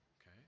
Okay